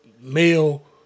male